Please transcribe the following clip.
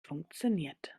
funktioniert